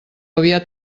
aviat